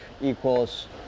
equals